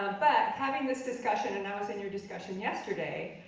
but having this discussion, and i was in your discussion yesterday,